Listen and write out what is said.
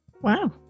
wow